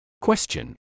Question